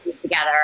together